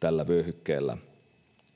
tällä vyöhykkeellä.